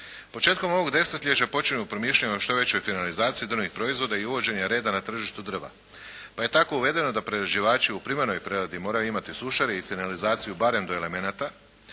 Početkom ovog desetljeća počinje promišljanje o što većoj finalizaciji drvenih proizvoda i uvođenja reda na tržištu drva. Pa je tako uvedeno da prerađivači u primarnoj preradi moraju imati sušare i finalizaciju barem do elemenata.